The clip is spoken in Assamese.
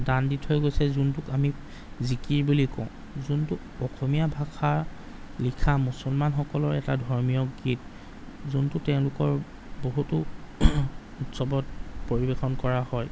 দান দি থৈ গৈছে যোনটোক আমি জিকিৰি বুলি কওঁ যোনটো অসমীয়া ভাষা লিখা মুছলমানসকলৰ এটা ধৰ্মীয় গীত যোনটো তেওঁলোকৰ বহুতো উৎসৱত পৰিৱেশন কৰা হয়